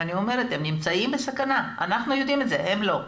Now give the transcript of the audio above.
הם נמצאים בסכנה, אנחנו יודעים את זה, הם לא.